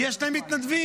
יש להם מתנדבים.